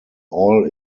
all